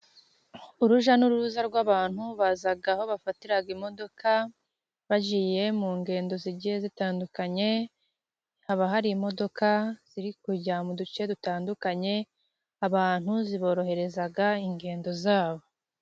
Urujya n'uruza rw'abantu baza aho bafatira imodoka, bagiye mu ngendo zigiye zitandukanye. Haba hari imodoka ziri kujya mu duce dutandukanye, abantu ziborohereza ingendo zabo.